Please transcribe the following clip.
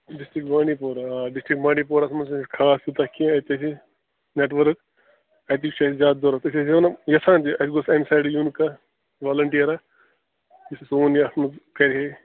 district Bandipora آ district بانٛڈی پورَس منٛز ہے چھُنہٕ خاص تیٛوٗتاہ کیٚنٛہہ أتی نہَ چھُ نٮ۪ٹ ؤرٕک اَتی چھُ اَسہِ زیادٕ ضروٗرت أسۍ ٲسۍ وَنان یَژھان زِ اَسہِ گوٚژھ اَمہِ سایڈٕ یُن کانٛہہ والَنٹیرا یُس یہِ سون یہِ اَتھ منٛز کَرِہے